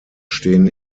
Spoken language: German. stehen